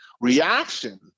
reaction